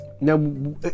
Now